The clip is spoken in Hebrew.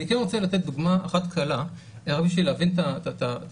אני כן רוצה לתת דוגמה אחת קלה רק בשביל להבין את הבעייתיות,